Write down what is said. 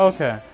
Okay